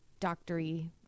doctory